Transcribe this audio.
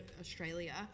Australia